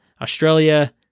Australia